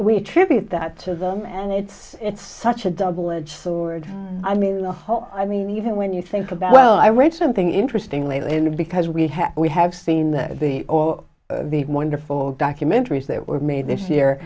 we tribute that to them and it's it's such a double edged sword i mean the whole i mean even when you think about well i read something interesting lately and because we have we have seen that the all the wonderful documentaries that were made this year